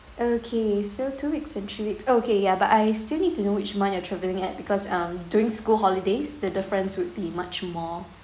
okay so two weeks or three weeks okay ya but I still need to know which month you are traveling at because um during school holidays the difference would be much more